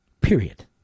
Period